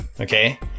okay